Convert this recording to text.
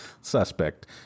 suspect